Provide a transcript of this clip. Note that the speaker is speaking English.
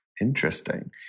Interesting